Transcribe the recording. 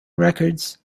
records